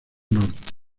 norte